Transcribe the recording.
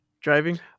driving